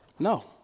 No